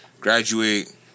graduate